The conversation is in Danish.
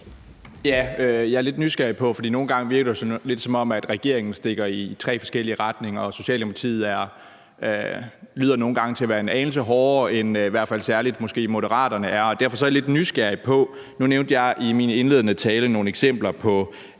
Jeg er lidt nysgerrig, for nogle gange virker det lidt, som om regeringen stikker i tre forskellige retninger, og Socialdemokratiet lyder nogle gange en anelse hårdere, end særlig Moderaterne er. Nu nævnte jeg i min indledende tale nogle eksempler,